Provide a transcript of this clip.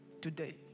today